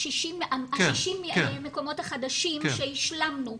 ה-60 מקומות החדשים שהשלמנו,